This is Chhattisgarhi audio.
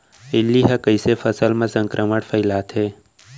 इल्ली ह कइसे फसल म संक्रमण फइलाथे?